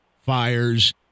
fires